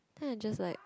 then I just like